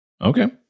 Okay